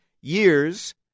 years